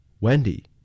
Wendy